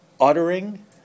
uttering